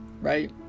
right